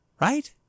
right